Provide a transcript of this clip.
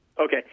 Okay